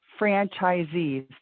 franchisees